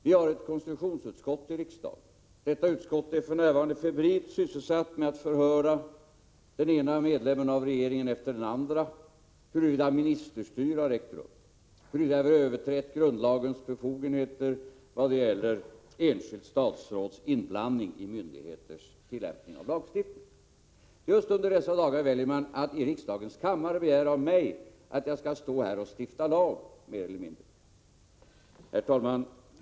Vi har ju ett konstitutionsutskott och detta utskott är för närvarande febrilt sysselsatt med att förhöra den ena medlemmen av regeringen efter den andra huruvida ministerstyre har ägt rum, huruvida någon har överträtt grundlagens befogenheter vad gäller ett enskilt statsråds inblandning i myndigheters tillämpning av lagstiftningen. Och just i dessa dagar väljer ni alltså att i riksdagens kammare begära av mig att jag här mer eller mindre skall stifta en lag. Herr talman!